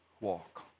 Walk